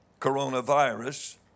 coronavirus